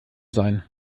sein